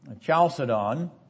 Chalcedon